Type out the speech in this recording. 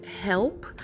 help